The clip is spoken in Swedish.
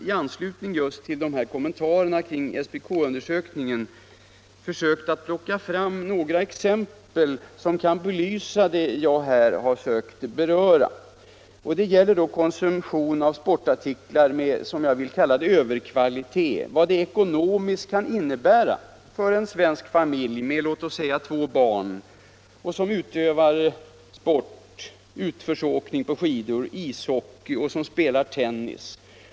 I anslutning till kommentarerna kring SPK-undersökningen har jag försökt plocka fram några exempel som kan belysa det jag här berört. Det gäller vad konsumtion av sportartiklar med, som jag vill kalla det, ”överkvalitet” kan innebära ekonomiskt för en familj med två barn i åldern åtta resp. fjorton år, vilka utövar sport — utförsåkning på skidor, ishockey och tennis.